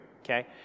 okay